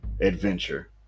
adventure